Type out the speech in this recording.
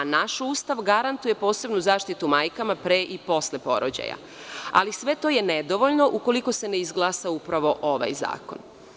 Naš Ustav garantuje ustavnu zaštitu majkama pre i posle porođaja, ali sve to je nedovoljno ukoliko se ne izglasa upravo ovaj zakon.